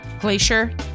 glacier